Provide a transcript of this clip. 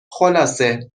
خلاصه